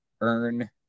earn